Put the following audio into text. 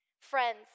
Friends